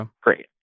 great